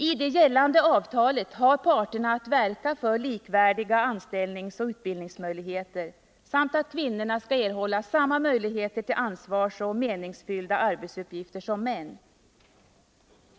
I det gällande avtalet har parterna att verka för likvärdiga anställningsoch utbildningsmöjligheter samt att kvinnorna skall erhålla samma möjligheter till ansvarsoch meningsfyllda arbetsuppgifter som män.